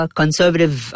conservative